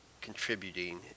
contributing